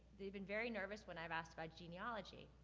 they've been very nervous when i've asked about genealogy.